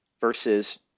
versus